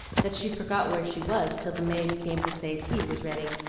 that she forgot where she was till the maid came to say tea was ready.